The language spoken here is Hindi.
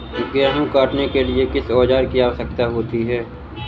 गेहूँ काटने के लिए किस औजार की आवश्यकता होती है?